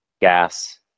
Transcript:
gas